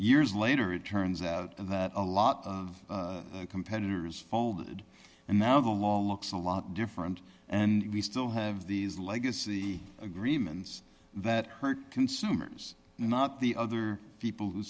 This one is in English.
years later it turns out that a lot of competitors folded and now the law looks a lot different and we still have these legacy agreements that hurt consumer not the other people who